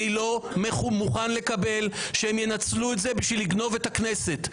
אני לא מוכן לקבל שהם ינצלו את זה בשביל לגנוב את הכנסת.